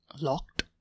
locked